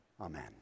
Amen